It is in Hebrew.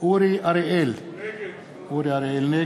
אורי אריאל, נגד